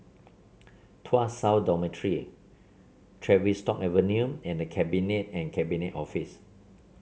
Tuas South Dormitory Tavistock Avenue and The Cabinet and Cabinet Office